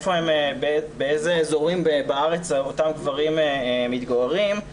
באילו אזורים בארץ אותם גברים מתגוררים.